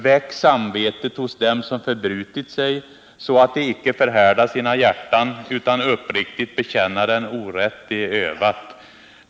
——— Väck samvetet hos dem som förbrutit sig så att de icke förhärda sina hjärtan, utan uppriktigt bekänna den orätt de övat.